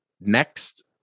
Next